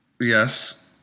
Yes